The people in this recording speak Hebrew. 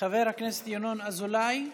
חבר הכנסת ינון אזולאי,